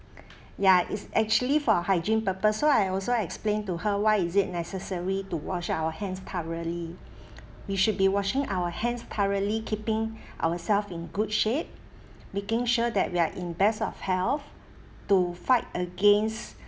ya it's actually for hygiene purpose so I also explained to her why is it necessary to wash our hands thoroughly we should be washing our hands thoroughly keeping ourself in good shape making sure that we are in best of health to fight against